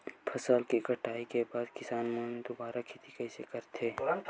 फसल के कटाई के बाद किसान मन दुबारा खेती कइसे करथे?